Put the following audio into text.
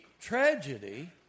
tragedy